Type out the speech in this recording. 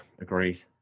agreed